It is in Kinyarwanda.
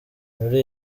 muri